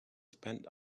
spend